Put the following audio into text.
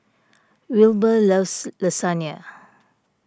Wilber loves Lasagne